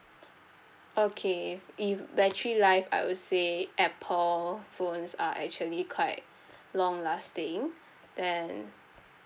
okay if battery life I would say Apple phones are actually quite long lasting than